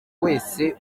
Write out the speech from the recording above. wese